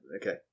Okay